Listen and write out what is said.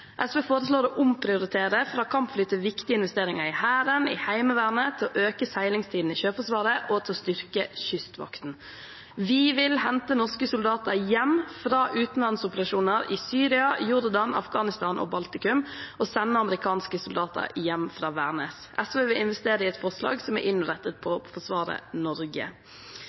SV foreslår å omprioritere fra kampfly til viktige investeringer i Hæren og Heimevernet og til å øke seilingstiden i Sjøforsvaret og styrke Kystvakten. Vi vil hente norske soldater hjem fra utenlandsoperasjoner i Syria, Jordan, Afghanistan og Baltikum og sende amerikanske soldater hjem fra Værnes. SV vil investere i et forsvar som er innrettet for å forsvare Norge.